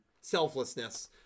selflessness